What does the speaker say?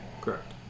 Correct